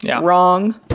wrong